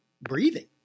breathing